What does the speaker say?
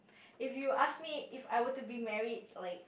if you ask me if I were to be married like